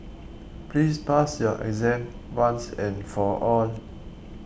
please pass your exam once and for all